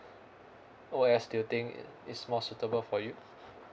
O_S do you think is more suitable for you